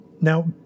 now